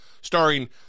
starring